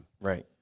Right